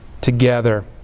together